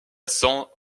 san